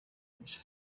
mugisha